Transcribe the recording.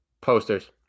posters